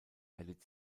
erlitt